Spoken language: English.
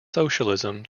socialism